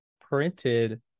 printed